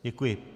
Děkuji.